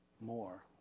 more